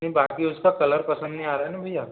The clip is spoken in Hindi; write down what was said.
ये बाकी उसका कलर पसंद नहीं आ रहा है ना भैया